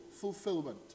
fulfillment